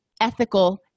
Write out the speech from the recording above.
ethical